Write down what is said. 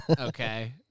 Okay